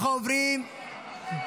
אנחנו עוברים --- אין הצבעה?